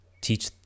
teach